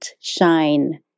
shine